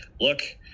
look